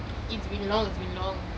it's been long it's been long